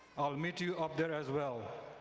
i'll meet you up there as well.